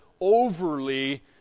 overly